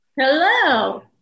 Hello